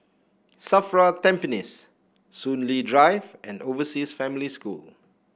Safra Tampines Soon Lee Drive and Overseas Family School